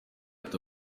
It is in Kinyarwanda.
ati